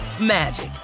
magic